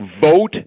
vote